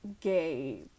gay